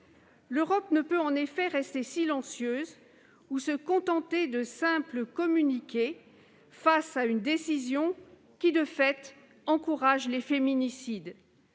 L'Europe ne peut en effet rester silencieuse ou se contenter de simples communiqués face à une décision qui, de fait, encourage les féminicides.